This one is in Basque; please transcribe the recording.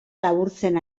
laburtzen